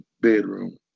bedroom